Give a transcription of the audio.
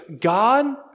God